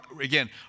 again